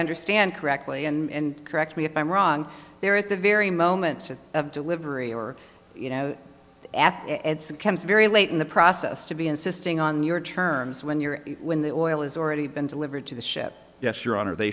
understand correctly and correct me if i'm wrong there at the very moment of delivery or you know at the chems very late in the process to be insisting on your terms when you're when the oil is already been delivered to the ship yes your honor they